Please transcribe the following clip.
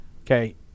Okay